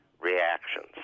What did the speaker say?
reactions